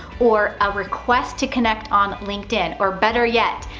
or a request to connect on linkedin, or, better yet,